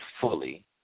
fully